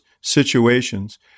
situations